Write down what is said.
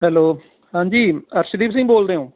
hello ਹਾਂਜੀ ਅਰਸ਼ਦੀਪ ਸਿੰਘ ਬੋਲਦੇ ਹੋ